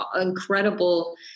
incredible